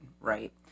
right